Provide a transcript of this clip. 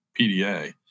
PDA